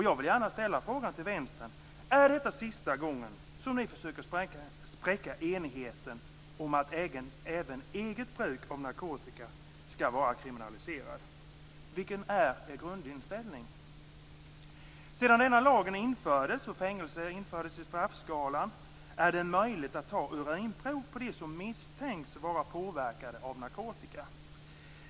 Jag vill gärna fråga Vänstern: Är detta sista gången som ni försöker spräcka enigheten om att även eget bruk av narkotika skall vara kriminaliserat? Vilken är er grundinställning? Sedan denna lag infördes och fängelse infördes i straffskalan är det möjligt att ta urinprov på dem som misstänks vara påverkade av narkotika.